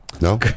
No